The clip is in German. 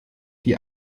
die